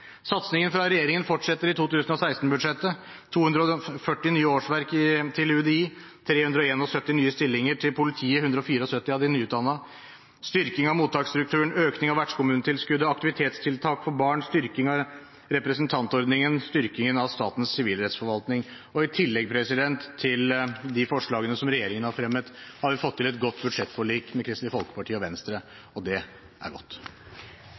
Satsingen fra regjeringen fortsetter i 2016-budsjettet: 240 nye årsverk til UDI, 371 nye stillinger til politiet – 174 av dem nyutdannede – styrking av mottaksstrukturen, økning av vertskommunetilskuddet, aktivitetstiltak for barn, styrking av representantordningen, styrking av Statens sivilrettsforvaltning. I tillegg til forslagene regjeringen har fremmet, har vi fått til et godt budsjettforlik med Kristelig Folkeparti og Venstre. Det er godt.